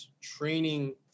training